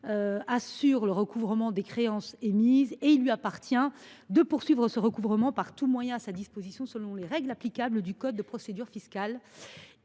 assure le recouvrement des créances émises, et il lui appartient de poursuivre ce recouvrement par tous moyens à sa disposition, selon les règles applicables du livre des procédures fiscales,